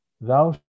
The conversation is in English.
thou